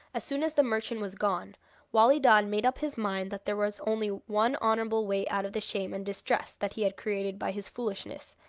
soon as the merchant was gone wali dad made up his mind that there was only one honourable way out of the shame and distress that he had created by his foolishness,